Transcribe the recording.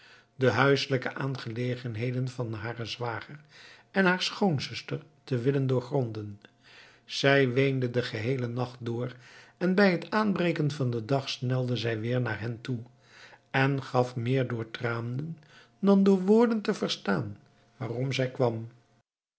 de huiselijke aangelegenheden van haren zwager en haar schoonzuster te willen doorgronden zij weende den geheelen nacht door en bij t aanbreken van den dag snelde zij weer naar hen toe en gaf meer door tranen dan door woorden te verstaan waarom zij kwam